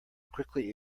quickly